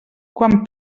quan